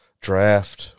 Draft